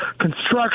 construction